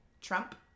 Trump